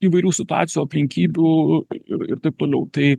įvairių situacijų aplinkybių ir ir taip toliau tai